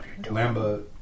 Lamba